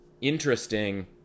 interesting